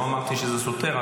לא אמרתי שזה סותר.